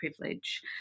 privilege